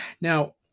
Now